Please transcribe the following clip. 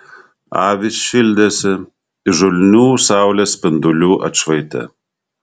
avys šildėsi įžulnių saulės spindulių atšvaite